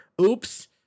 oops